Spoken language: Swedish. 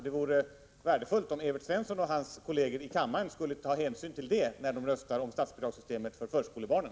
Det vore värdefullt om Evert Svensson och hans kolleger i kammaren tog hänsyn till det när de röstar om statsbidragssystemet för förskolebarnen.